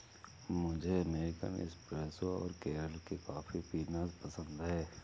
मुझे American espresso और केरल की कॉफी पीना पसंद है